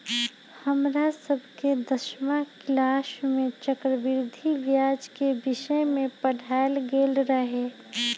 हमरा सभके दसमा किलास में चक्रवृद्धि ब्याज के विषय में पढ़ायल गेल रहै